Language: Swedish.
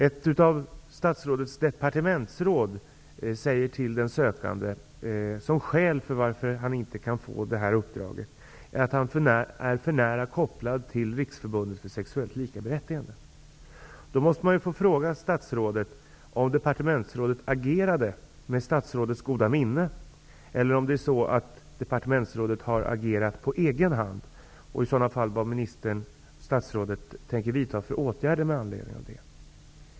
Ett av statrådets departementsråd sade till den sökande att ett skäl till att han inte kunde få uppdraget var att han var för nära kopplad till Riksförbundet för Sexuellt Likaberättigande. Man måste fråga om departementsrådet agerade med statsrådets goda minne eller på egen hand och vilka åtgärder statsrådet tänker vidta med anledning av det.